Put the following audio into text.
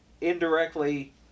indirectly